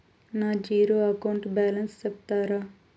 నా zero account balance సెప్తారా?